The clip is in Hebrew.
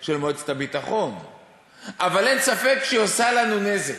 אבל אין ספק שהיא עושה לנו נזק.